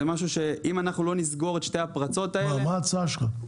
אם לא נסגור את שתי הפרצות האלה --- מה אתה מציע?